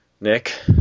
Nick